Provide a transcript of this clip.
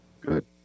Good